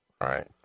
Right